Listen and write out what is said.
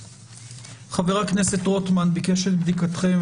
חבר הכנסת רוטמן ביקש את בדיקתכם,